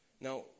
Now